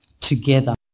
together